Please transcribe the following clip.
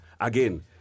again